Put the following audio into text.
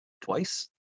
twice